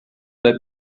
der